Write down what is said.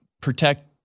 protect